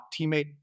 teammate